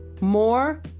More